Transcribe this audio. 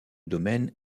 domaine